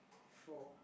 four